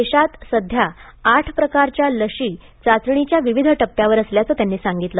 देशात सध्या आठ प्रकारच्या लशी चाचणीच्या विविध टप्प्यावर असल्याचं त्यांनी सांगितलं